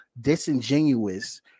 disingenuous